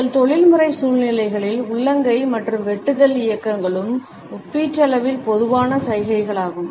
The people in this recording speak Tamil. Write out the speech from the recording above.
எங்கள் தொழில்முறை சூழ்நிலைகளில் உள்ளங்கை மற்றும் வெட்டுதல் இயக்கங்களும் ஒப்பீட்டளவில் பொதுவான சைகைகளாகும்